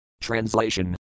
Translation